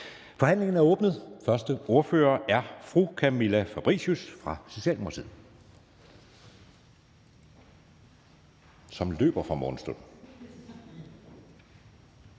Forhandlingen er åbnet. Den første ordfører er fru Camilla Fabricius fra Socialdemokratiet, som løber her fra morgenstunden.